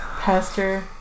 Pastor